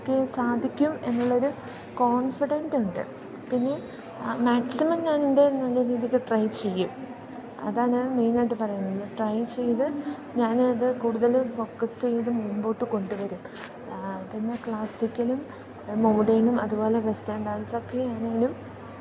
എനിക്ക് സാധിക്കും എന്നുള്ളൊരു കോൺഫിഡൻറ്റ് ഉണ്ട് പിന്നെ മാക്സിമം ഞാനെൻ്റെ നല്ല രീതിക്ക് ട്രൈ ചെയ്യും അതാണ് മെയ്ൻ ആയിട്ട് പറയാനുള്ളത് ട്രൈ ചെയ്ത് ഞാനത് കൂടുതൽ ഫോക്കസ്സ് ചെയ്ത് മുമ്പോട്ട് കൊണ്ട് വരും പിന്നെ ക്ലാസിക്കലും മോഡേണും അതുപോലെ വെസ്റ്റേൺ ഡാൻസ് ഒക്കെയാണെങ്കിലും